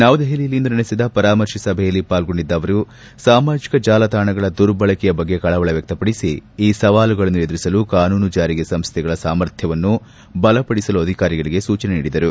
ನವದೆಹಲಿಯಲ್ಲಿಂದು ನಡೆಸಿದ ಪರಮಾರ್ತೆ ಸಭೆಯಲ್ಲಿ ಪಾಲ್ಗೊಂಡಿದ್ದ ಅವರು ಸಾಮಾಜಿಕ ಜಾಲತಾಣಗಳ ದುರ್ಬಳಕೆಯ ಬಗ್ಗೆ ಕಳವಳ ವ್ಯಕ್ತಪಡಿಸಿ ಈ ಸವಾಲುಗಳನ್ನು ಎದುರಿಸಲು ಕಾನೂನು ಜಾರಿ ಸಂಸ್ಥೆಗಳ ಸಾಮರ್ಥ್ಯವನ್ನು ಬಲಪಡಿಸಲು ಅಧಿಕಾರಿಗಳಿಗೆ ಸೂಚನೆ ನೀಡಿದರು